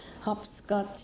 hopscotch